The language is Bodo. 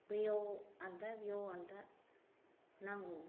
बैयाव आलादा बैयाव आलादा नांगौ